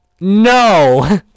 no